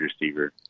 receiver